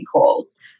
calls